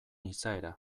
izaera